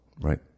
Right